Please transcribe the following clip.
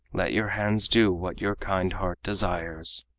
let your hands do what your kind heart desires.